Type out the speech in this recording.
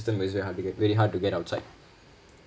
system it's very hard to get very hard to get outside